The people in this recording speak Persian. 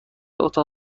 اتاق